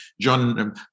John